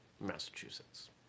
Massachusetts